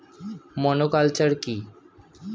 Monoculture কি?